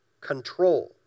control